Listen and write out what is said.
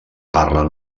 parlen